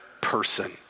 person